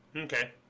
Okay